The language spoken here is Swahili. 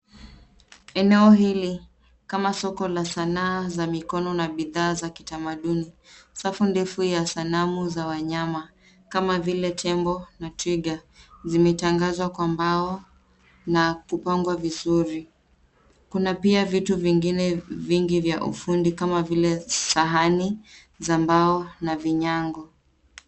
Eneo hili kama soko la sanaa za mikono na bidhaa za kitamaduni. Safu ndefu ya sanamu za wanyama kama vile tembo na twiga vimetangazwa kwa mbao na kupangwa vizuri. Kuna pia vitu vingine vingi vya ufundi kama vile sahani za mbao na vinyago.